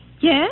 Yes